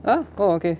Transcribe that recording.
ah oh okay